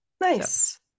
Nice